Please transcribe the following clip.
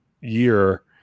year